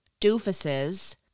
doofuses